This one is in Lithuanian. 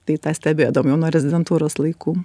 tai tą stebėdavom jau rezidentūros laikų